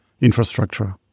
infrastructure